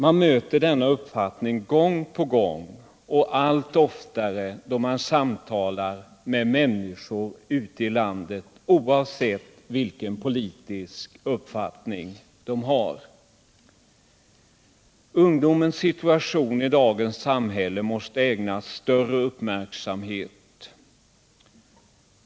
Man möter denna uppfattning gång på gång och allt oftare då man samtalar med människor ute i landet oavsett vilken politisk uppfattning de har. Ungdomens situation i dagens samhälle måste ägnas större uppmärksamhet.